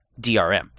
DRM